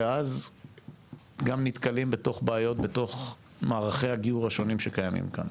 ואז גם נתקלים בתוך בעיות בתוך מערכי הגיור השונים שקיימים כאן.